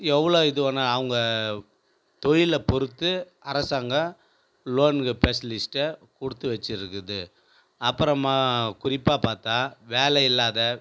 எவ்வளோ இது வேணும் அவங்க தொழிலை பொறுத்து அரசாங்கம் லோன்ங்கள் ஸ்பெஷலிஸ்கிட்ட கொடுத்து வச்சுருக்குது அப்புறமா குறிப்பாக பார்த்தால் வேலையில்லாத